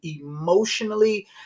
emotionally